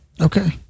Okay